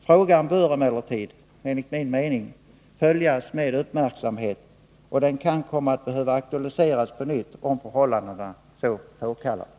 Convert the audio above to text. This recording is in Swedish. Frågan bör emellertid enligt min mening följas med uppmärksamhet, och den kan komma att behöva aktualiseras på nytt om förhållandena så påkallar.